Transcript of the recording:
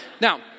Now